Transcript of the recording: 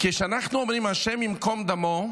כשאנחנו אומרים "השם ייקום דמו",